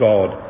God